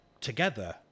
together